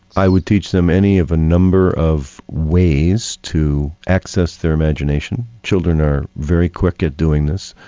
i would teach them any of a number of ways to access their imagination, children are very quick at doing this,